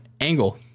Angle